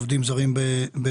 על עובדים זרים בחקלאות.